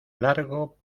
largo